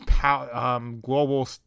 Global